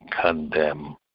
condemn